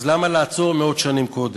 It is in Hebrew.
אז למה לעצור מאות שנים קודם?